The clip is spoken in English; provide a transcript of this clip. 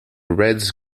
reds